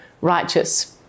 righteous